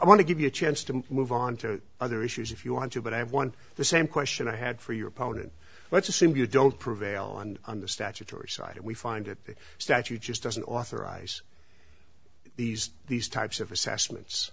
to give you a chance to move on to other issues if you want to but i have one the same question i had for your opponent let's assume you don't prevail and on the statutory side we find that the statute just doesn't authorize these these types of assessments